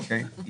אוקיי.